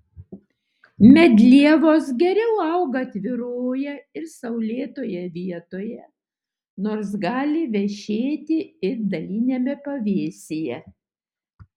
medlievos geriau auga atviroje ir saulėtoje vietoje nors gali vešėti ir daliniame pavėsyje